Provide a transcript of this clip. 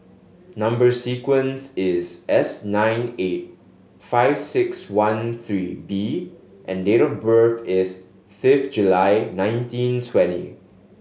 number sequence is S nine eight four five six one three B and date of birth is fifth July nineteen twenty